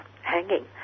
hanging